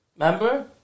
remember